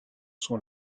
sont